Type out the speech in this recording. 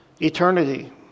eternity